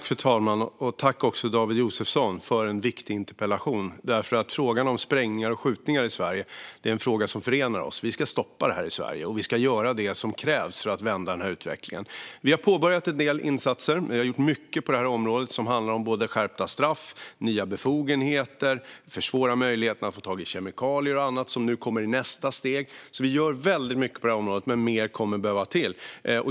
Fru talman! Tack, David Josefsson, för en viktig interpellation! Frågan om sprängningar och skjutningar i Sverige förenar oss. Vi ska stoppa detta, och vi ska göra vad som krävs för att vända denna utveckling. Vi har påbörjat en del insatser. Vi har gjort mycket på detta område - det handlar om skärpta straff, nya befogenheter och försvårade möjligheter att få tag på kemikalier och annat, som nu kommer i nästa steg. Vi gör alltså väldigt mycket, men mer kommer att behövas.